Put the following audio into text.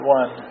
one